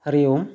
हरिः ओम्